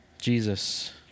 Jesus